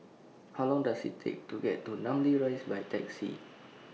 How Long Does IT Take to get to Namly Rise By Taxi